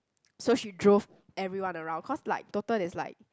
so she drove everyone around cause like total there's like